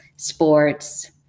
sports